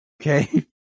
Okay